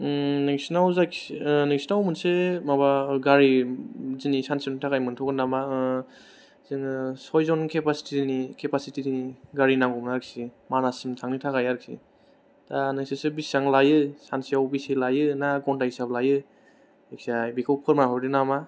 नोंसिनाव मोनसे गारि दिनै सानसेनि थाखाय मोनथ'गोन नामा जोङो सइजान केपासिटिनि केपासिटि गारि नांगौमोन आरोखि मानाससिम थांनो थाखाय आरोखि दा नोंसोरसो बेसेबां लायो सानसेयाव बेसेबां लायो ना घन्टा हिसाब लायो जायखिजाया बेखौ फोरमायहरदो नामा